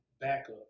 backup